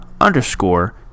underscore